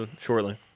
shortly